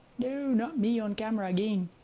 no, not me on camera again,